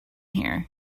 here